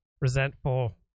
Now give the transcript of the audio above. resentful